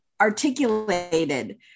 articulated